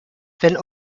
wenn